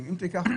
מה השתנה?